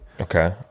Okay